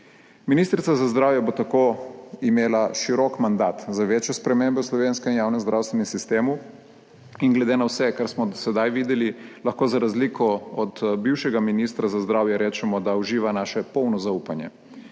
Ministrica za zdravje bo tako imela širok mandat za večje spremembe v slovenskem javnem zdravstvenem sistemu in glede na vse, kar smo do sedaj videli, lahko za razliko od bivšega ministra za zdravje rečemo, da uživa naše polno zaupanje